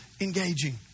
engaging